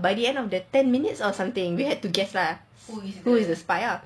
by the end of the ten minutes or something we had to guess lah who is the spy lah